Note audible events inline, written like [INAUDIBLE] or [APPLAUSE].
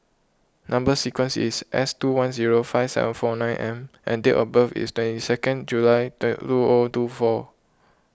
Number Sequence is S two one zero five seven four nine M and date of birth is twenty second July [UNINTELLIGIBLE] two O two four